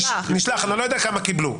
נשלח, אני לא יודע כמה קיבלו.